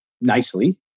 nicely